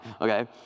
Okay